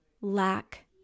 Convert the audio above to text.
lack